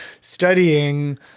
studying